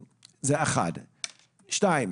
שנית,